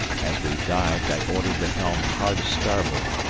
as we dived i ordered the helm hard a starboard,